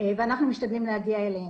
ואנחנו משתדלים להגיע אליו.